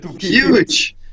Huge